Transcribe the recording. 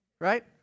Right